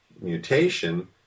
mutation